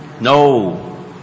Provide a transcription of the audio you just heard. No